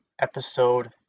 episode